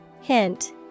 Hint